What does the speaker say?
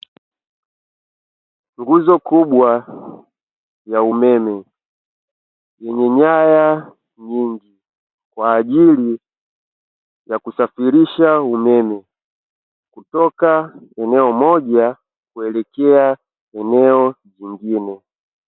Nguzo kubwa ya umeme yenye nyaya nyingi kwa ajili ya kusafirisha umeme kutoka eneo moja kuelekea eneo lingine.